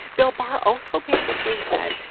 bill barr also basically said,